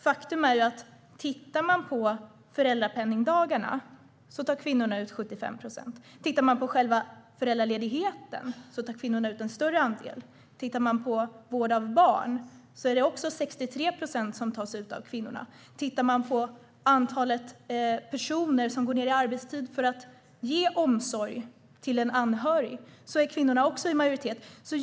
Faktum är att man kan titta på föräldrapenningdagarna. Kvinnorna tar ut 75 procent. Man kan titta på själva föräldraledigheten. Kvinnorna tar ut en större andel. Man kan titta på vård av barn. Det är 63 procent som tas ut av kvinnorna. Man kan titta på antalet personer som går ned i arbetstid för att ge omsorg till en anhörig. Där är kvinnorna också i majoritet.